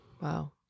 Wow